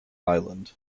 island